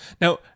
Now